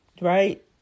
right